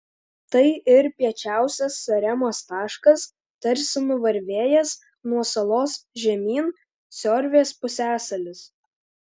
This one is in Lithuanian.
tai ir piečiausias saremos taškas tarsi nuvarvėjęs nuo salos žemyn siorvės pusiasalis